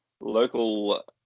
local